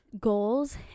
goals